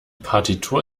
partitur